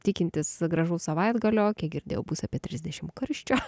tikintis gražaus savaitgalio kiek girdėjau bus apie trisdešim karščio